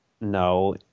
no